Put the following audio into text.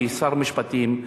כשר משפטים,